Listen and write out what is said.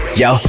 yo